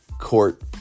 Court